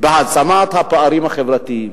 בהעצמת הפערים החברתיים,